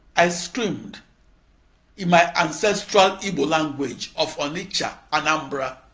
i screamed in my ancestral igbo language of onitsha, anambra,